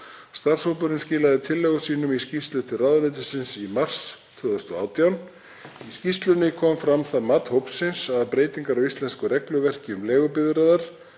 Starfshópurinn skilaði tillögum sínum í skýrslu til ráðuneytisins í mars 2018. Í skýrslunni kom fram það mat hópsins að breytingar á íslensku regluverki um leigubifreiðar